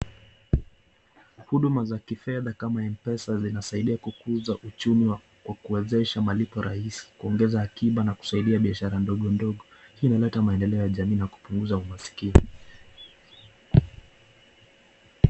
Huduma za kifedha kama mpesa zinasaidia kukuza uchumi kwa kuwezesha malipo rahisi, kuongeza akiba na kusaidia biashara ndogo ndogo, hii huleta maendeleo ya jamii na kupunguza umaskini.